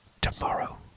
tomorrow